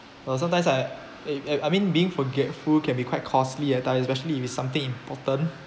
uh sometimes I I I mean being forgetful can be quite costly ah especially if it's something important